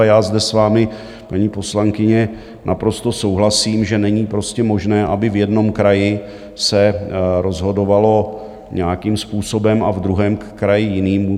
A já zde s vámi, paní poslankyně, naprosto souhlasím, že není prostě možné, aby v jednom kraji se rozhodovalo nějakým způsobem a v druhém kraji jiným.